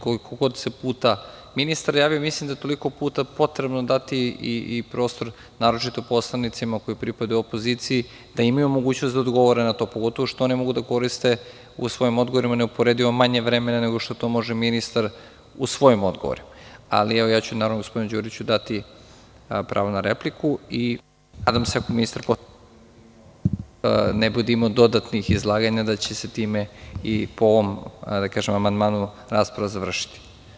Koliko god se puta ministar javio, mislim da je toliko puta potrebno i prostor, naročito poslanicima koji pripadaju opoziciji, da odgovore na to, pogotovo što ne mogu da koriste u svojim odgovorima neuporedivo manje vremena, nego što to može ministar u svojim odgovorima, ali ja ću dati gospodinu Đuriću i nadam se, ako ministar ne bude imao dodatnih izlaganja, da će se time i po ovom amandmanu rasprava završiti.